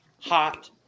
hot